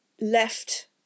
left